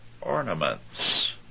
ornaments